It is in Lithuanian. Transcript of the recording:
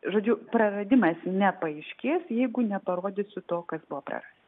žodžiu praradimas nepaaiškės jeigu neparodysiu to kas buvo prarasta